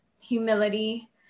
humility